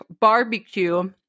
barbecue